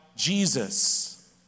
Jesus